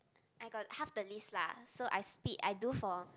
I got half the list lah so I speed I do for